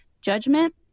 judgment